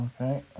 okay